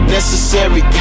Necessary